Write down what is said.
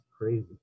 crazy